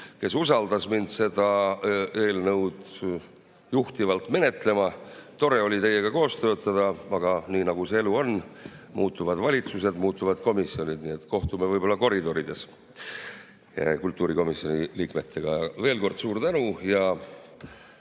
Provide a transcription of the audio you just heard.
kes usaldas mind seda eelnõu juhtivalt menetlema. Tore oli teiega koos töötada, aga nii nagu see elu on, muutuvad valitsused, muutuvad komisjonid. Nii et kohtume võib‑olla koridorides kultuurikomisjoni liikmetega. Veel kord: suur tänu!